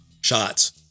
shots